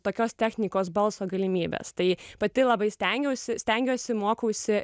tokios technikos balso galimybes tai pati labai stengiausi stengiuosi mokausi